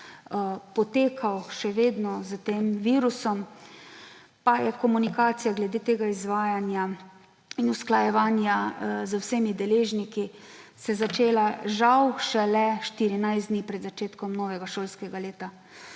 potekal še vedno s tem virusom, pa se je komunikacija glede tega izvajanja in usklajevanja z vsemi deležniki začela, žal, šele 14 dni pred začetkom novega šolskega leta.